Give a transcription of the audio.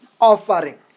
offering